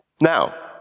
Now